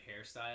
hairstyle